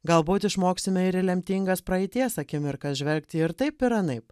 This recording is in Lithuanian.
galbūt išmoksime ir lemtingas praeities akimirkas žvelgti ir taip ir anaip